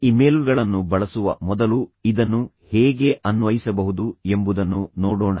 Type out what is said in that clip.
ಇಮೇಲ್ಗಳನ್ನು ಬಳಸುವ ಮೊದಲು ಇದನ್ನು ಹೇಗೆ ಅನ್ವಯಿಸಬಹುದು ಎಂಬುದನ್ನು ನೋಡೋಣ